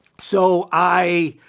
so i